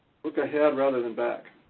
look ahead, rather than back.